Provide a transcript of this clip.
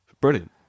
brilliant